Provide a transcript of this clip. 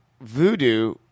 voodoo